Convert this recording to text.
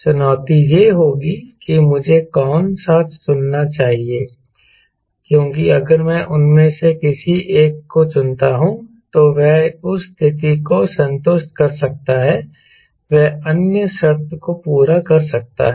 चुनौती यह होगी कि मुझे कौन सा चुनना चाहिए क्योंकि अगर मैं उनमें से किसी एक को चुनता हूं तो वह उस स्थिति को संतुष्ट कर सकता है वह अन्य शर्त को पूरा कर सकता है